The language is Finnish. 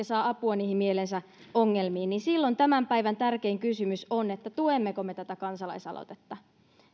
saa apua mielensä ongelmiin niin silloin tämän päivän tärkein kysymys on tuemmeko me tätä kansalaisaloitetta